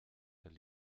herr